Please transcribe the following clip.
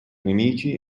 nemici